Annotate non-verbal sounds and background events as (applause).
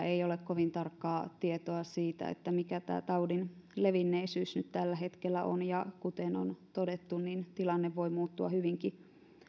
(unintelligible) ei ole kovin tarkkaa tietoa siitä mikä tämä taudin levinneisyys nyt tällä hetkellä on ja kuten on todettu niin tilanne voi muuttua hyvinkin